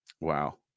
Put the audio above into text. Wow